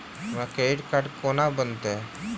हमरा credit card कोना बनतै?